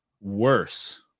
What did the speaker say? worse